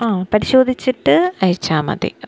ആ പരിശോധിച്ചിട്ട് അയച്ചാല് മതി ഒക്കെ